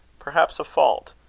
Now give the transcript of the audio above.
perhaps a fault,